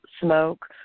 smoke